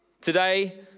Today